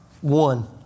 one